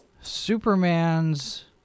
Superman's